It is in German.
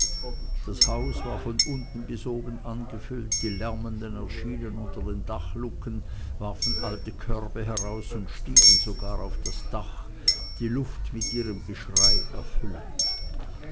das haus war von unten bis oben angefüllt die lärmenden erschienen unter den dachluken warfen alte körbe heraus und stiegen sogar auf das dach die luft mit ihrem geschrei erfüllend